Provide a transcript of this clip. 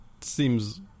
seems